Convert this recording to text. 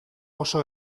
oso